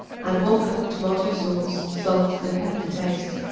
add one cup of tomato-sauce, salt and pepper to taste.